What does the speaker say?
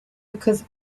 because